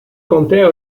contea